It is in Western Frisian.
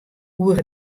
oer